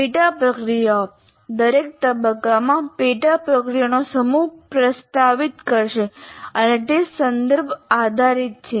પેટા પ્રક્રિયાઓ દરેક તબક્કામાં પેટા પ્રક્રિયાઓનો સમૂહ પ્રસ્તાવિત કરશે અને તે સંદર્ભ આધારિત છે